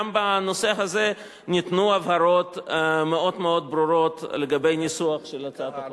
גם בנושא הזה ניתנו הבהרות מאוד מאוד ברורות לגבי הניסוח של הצעת החוק.